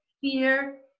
fear